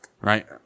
Right